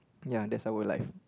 ya that's our life